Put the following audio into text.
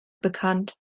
bekannt